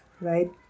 right